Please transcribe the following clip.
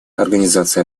организация